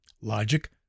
Logic